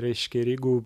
reiškia ir jeigu